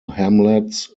hamlets